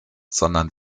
sondern